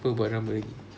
[pe] buat rambut lagi